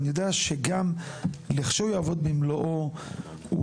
ואני יודע שגם לכשהוא יעבוד במלואו הוא